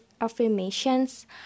affirmations